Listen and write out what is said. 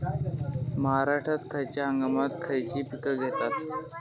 महाराष्ट्रात खयच्या हंगामांत खयची पीका घेतत?